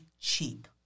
cheap